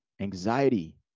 Anxiety